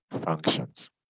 functions